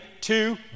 Two